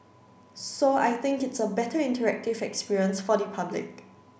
so I think it's a better interactive experience for the public